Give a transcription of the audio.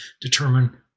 determine